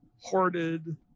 hoarded